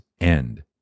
end